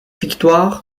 victoire